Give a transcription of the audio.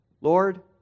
Lord